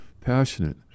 passionate